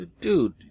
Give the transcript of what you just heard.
Dude